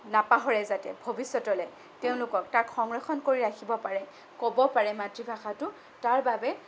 নাপাহৰে যাতে ভৱিষ্যতলৈ তেওঁলোকক তাক সংৰক্ষণ কৰি ৰাখিব পাৰে ক'ব পাৰে মাতৃভাষাটো তাৰ বাবে